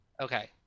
Okay